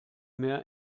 mehr